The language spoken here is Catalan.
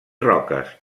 roques